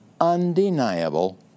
undeniable